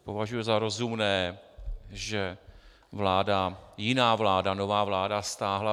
Považuji za rozumné, že vláda, jiná vláda, nová vláda stáhla...